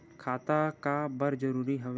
खाता का बर जरूरी हवे?